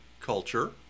culture